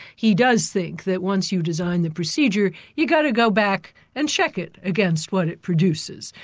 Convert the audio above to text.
he does think that once you've designed the procedure, you've got to go back and check it against what it produces,